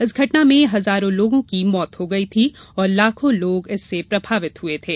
इस घटना में हजारों लोगों की मौत हो गई थी और लाखों लोग इससे प्रभावित हुए थे